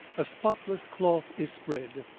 a spotless cloth is spread,